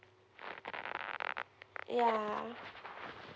yeah